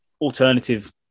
Alternative